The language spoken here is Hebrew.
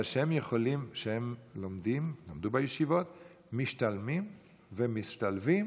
אבל שהם למדו בישיבות, משתלמים ומשתלבים